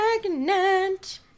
Pregnant